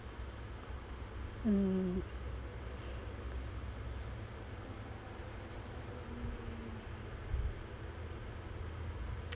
mm